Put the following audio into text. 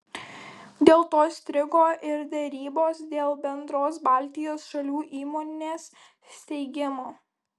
dėl to strigo ir derybos dėl bendros baltijos šalių įmonės steigimo